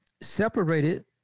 separated